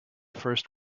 first